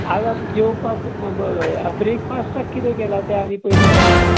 आज आतां जेवपाक ब्रॅकफास्टाक कितें केला तें आदी पयली सांग